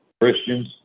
Christians